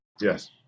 Yes